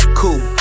cool